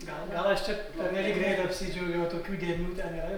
gal gal aš čia pernelyg greit apsidžiaugiau tokių dėmių ten yra